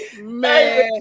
Man